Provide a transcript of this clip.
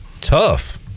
tough